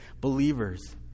believers